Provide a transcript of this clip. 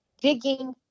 digging